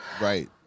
right